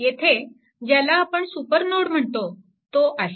येथे ज्याला आपण सुपरनोड म्हणतो तो आहे